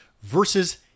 versus